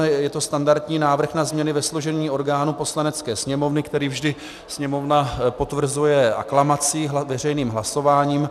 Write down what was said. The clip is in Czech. Je to standardní návrh na změny ve složení orgánů Poslanecké sněmovny, který vždy Sněmovna potvrzuje aklamací, veřejným hlasováním.